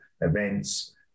events